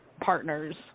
partners